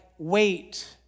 Wait